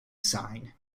sign